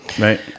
right